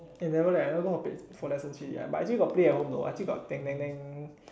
eh never leh never go for I actually got play at home though I still got